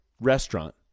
restaurant